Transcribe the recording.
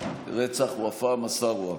רצח ופא מסארווה.